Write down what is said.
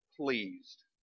pleased